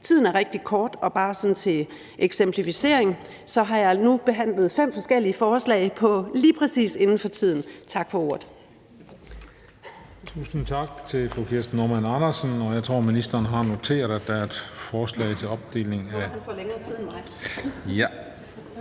Tiden er rigtig kort, og bare sådan til en eksemplificering har jeg nu behandlet fem forskellige forslag lige præcis inden for tiden. Tak for ordet. Kl. 14:50 Den fg. formand (Christian Juhl): Tusind tak til fru Kirsten Normann Andersen, og jeg tror, ministeren har noteret, at der er et forslag til opdeling.